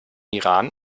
iran